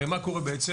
הרי מה קורה בעצם?